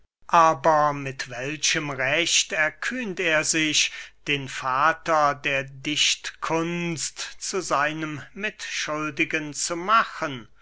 aber mit welchem recht erkühnt er sich den vater der dichtkunst zu seinem mitschuldigen zu machen